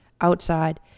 outside